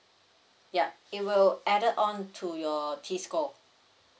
ya it will added on to your t score